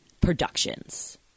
Productions